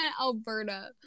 Alberta